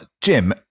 Jim